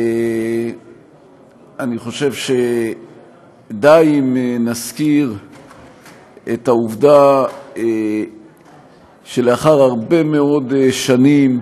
אני חושב שדי אם נזכיר את העובדה שלאחר הרבה מאוד שנים,